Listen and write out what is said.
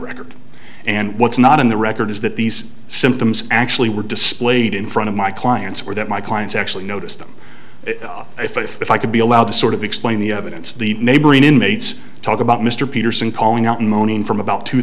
record and what's not in the record is that these symptoms actually were displayed in front of my clients or that my clients actually noticed them if i could be allowed to sort of explain the evidence the neighboring inmates talk about mr peterson calling out and moaning from about two